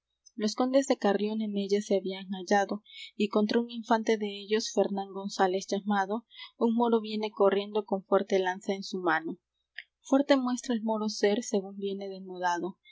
condes de carrión en ella se habían hallado y contra un infante de ellos fernán gonzález llamado un moro viene corriendo con fuerte lanza en su mano fuerte muestra el moro ser según viene denodado